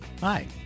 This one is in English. Hi